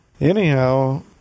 Anyhow